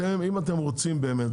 אם אתם רוצים באמת,